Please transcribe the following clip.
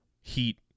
Heat